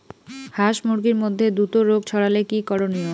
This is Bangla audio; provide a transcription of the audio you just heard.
হাস মুরগির মধ্যে দ্রুত রোগ ছড়ালে কি করণীয়?